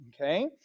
Okay